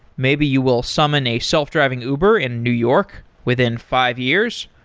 maybe you will summon a self driving uber in new york within five years,